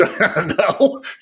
no